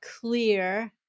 clear